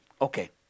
Okay